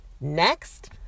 Next